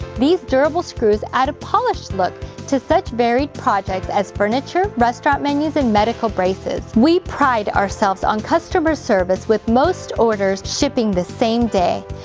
these durable screws add a polished look to such varied projects as furniture, restaurant menus, and medical braces. we pride ourselves on customer service with most orders shipping the same day.